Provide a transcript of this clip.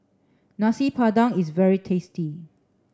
Nasi Padang is very tasty